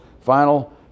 final